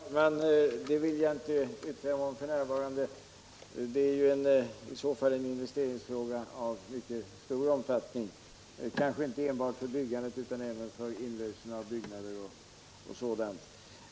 Herr talman! Det vill jag inte yttra mig om f. n. Det blir i så fall fråga om en investering av mycket stor omfattning, kanske inte enbart för byggande utan även för inlösen av byggnader och sådant.